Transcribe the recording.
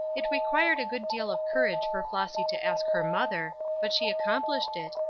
it required a good deal of courage for flossy to ask her mother, but she accomplished it,